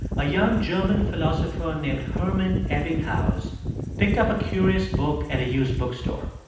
a young german philosopher named hermann ebbinghaus picked up a curious book at a used bookstore.